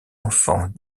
enfants